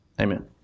Amen